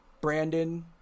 brandon